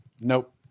Nope